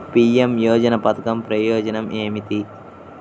PM యోజన పధకం ప్రయోజనం ఏమితి?